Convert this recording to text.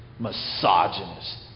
misogynist